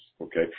okay